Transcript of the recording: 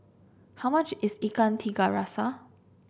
how much is Ikan Tiga Rasa